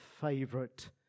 favorite